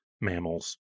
mammals